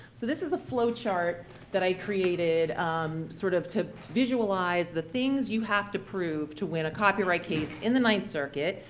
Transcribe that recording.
so this is a flow chart that i created um sort of to visualize the things you have to prove to win a copyright case in the ninth circuit.